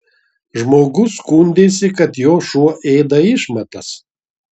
žmogus skundėsi kad jo šuo ėda išmatas